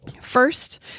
First